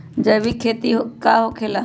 जैविक खेती का होखे ला?